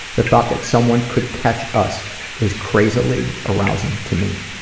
the thought that someone could catch us is crazily arousing to me.